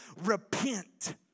Repent